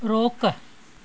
रोक